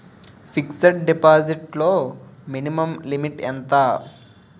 Fixed deposit లో minimum limit ఎంత?